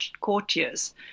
courtiers